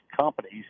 companies